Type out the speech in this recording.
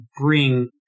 bring